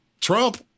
trump